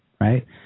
right